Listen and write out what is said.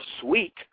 sweet